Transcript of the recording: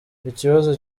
ikibazo